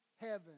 heaven